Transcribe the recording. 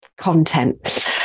content